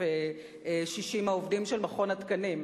1,060 עובדים יש במכון התקנים.